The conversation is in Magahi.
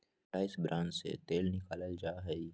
राइस ब्रान से तेल निकाल्ल जाहई